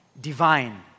divine